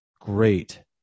great